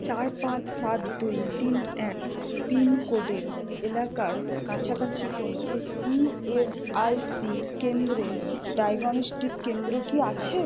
চার পাঁচ সাত দুই তিন এক পিনকোডের এলাকার কাছাকাছি কোনও ইএসআইসি কেন্দ্রের ডায়াগনস্টিক কেন্দ্র কি আছে